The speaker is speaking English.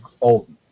old